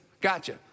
gotcha